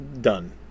done